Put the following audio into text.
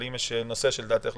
אבל אם לדעתך יש נושא לא ברור,